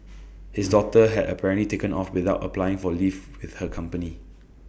his daughter had apparently taken off without applying for leave with her company